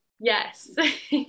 Yes